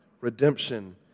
redemption